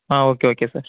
ah okay okay sir